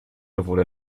sowohl